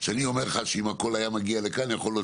שאני אומר לך שאם הכול היה מגיע לכאן יכול להיות